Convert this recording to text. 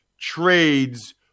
trades